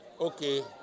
Okay